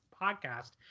podcast